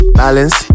balance